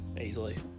easily